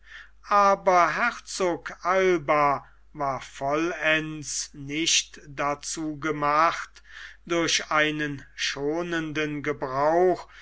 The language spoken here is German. aber herzog alba war vollends nicht dazu gemacht durch einen schonenden gebrauch